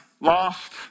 lost